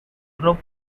group